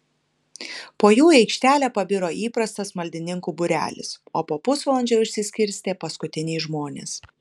po jų į aikštę pabiro įprastas maldininkų būrelis o po pusvalandžio išsiskirstė paskutiniai žmonės